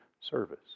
service